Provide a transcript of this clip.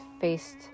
faced